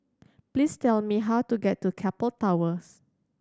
please tell me how to get to Keppel Towers